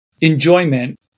enjoyment